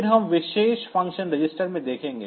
फिर हम विशेष फ़ंक्शन रजिस्टर में देखेंगे